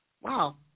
wow